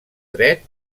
dret